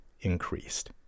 increased